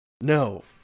No